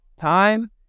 Time